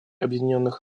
объединенных